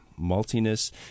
maltiness